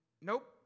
nope